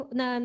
na